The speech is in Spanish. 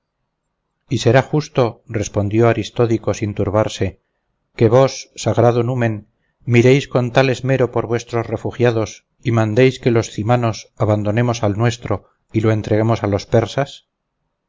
y será justo respondió aristódico sin turbarse que vos sagrado numen miréis con tal esmero por vuestros refugiados y mandéis que los cymanos abandonemos al nuestro y lo entreguemos a los persas